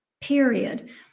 period